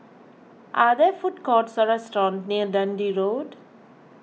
are there food courts or restaurants near Dundee Road